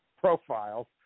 profiles